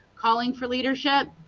calling for leadership.